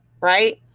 right